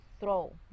throw